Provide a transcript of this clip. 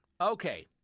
Okay